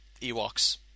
Ewoks